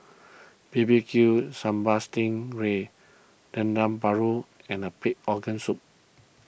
B B Q Sambal Sting Ray Dendeng Paru and Pig Organ Soup